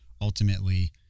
ultimately